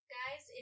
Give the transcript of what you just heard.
guys